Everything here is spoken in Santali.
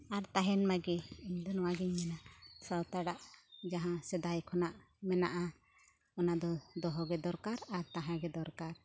ᱟᱨ ᱛᱟᱦᱮᱱ ᱢᱟᱜᱮ ᱤᱧᱫᱚ ᱱᱚᱣᱟᱜᱤᱧ ᱢᱮᱱᱟ ᱥᱟᱱᱛᱟᱲᱟᱜ ᱡᱟᱦᱟᱸ ᱥᱮᱫᱟᱭ ᱠᱷᱚᱱᱟᱜ ᱢᱮᱱᱟᱜᱼᱟ ᱚᱱᱟ ᱫᱚ ᱫᱚᱦᱚ ᱜᱮ ᱫᱚᱨᱠᱟᱨ ᱟᱨ ᱛᱟᱦᱮᱸ ᱜᱮ ᱫᱚᱨᱠᱟᱨ